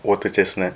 water chestnut